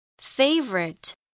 favorite